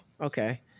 Okay